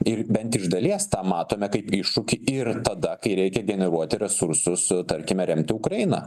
ir bent iš dalies tą matome kaip iššūkį ir tada kai reikia generuoti resursus tarkime remti ukrainą